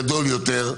גדול יותר.